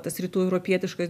tas rytų europietiška